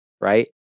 right